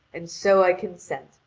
and so i consent,